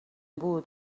بود